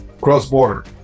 Cross-border